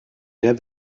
der